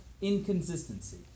inconsistency